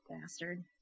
Bastard